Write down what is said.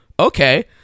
okay